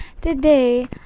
Today